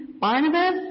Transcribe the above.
Barnabas